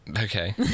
okay